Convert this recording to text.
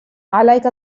عليك